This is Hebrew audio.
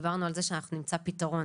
דיברנו על זה שאנחנו נמצא פתרון,